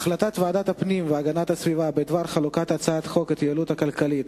החלטת ועדת הפנים והגנת הסביבה בדבר חלוקת הצעת חוק ההתייעלות הכלכלית